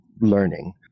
learning